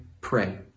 pray